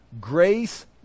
Grace